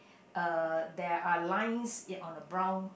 uh there are lines on a brown